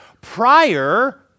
prior